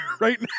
right